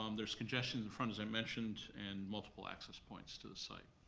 um there's congestion in front, as i mentioned, and multiple access points to the site.